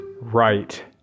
right